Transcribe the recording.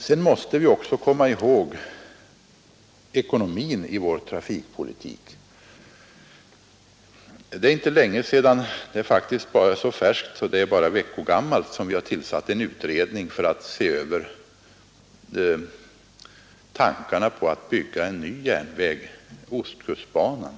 Sedan måste vi också ha ekonomin i vår trafikpolitik i minnet. Det är inte länge sedan — faktiskt bara en vecka — som vi tillsatte en utredning om en ny järnväg, ostkustbanan.